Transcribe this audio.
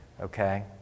okay